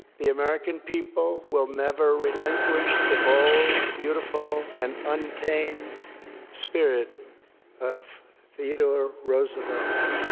the american people will never relinquish the bold, beautiful and untamed spirit of theodore roosevelt.